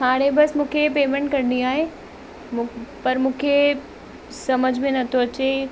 हाणे बसि मूंखे पेमेंट करणी आहे मु पर मूंखे समझ में नथो अचे